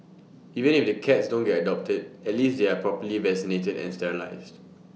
even if the cats don't get adopted at least they're properly vaccinated and sterilised